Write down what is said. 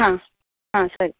ಹಾಂ ಹಾಂ ಸರಿ